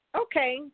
Okay